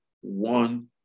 one